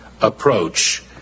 approach